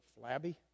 flabby